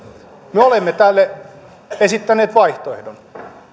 me olemme tälle esittäneet vaihtoehdon